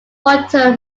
water